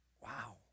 wow